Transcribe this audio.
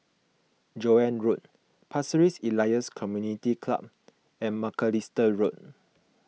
Joan Road Pasir Ris Elias Community Club and Macalister Road